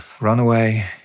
runaway